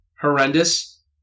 horrendous